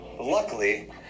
Luckily